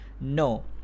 no